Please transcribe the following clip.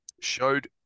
showed